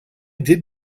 did